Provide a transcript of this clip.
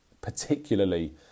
particularly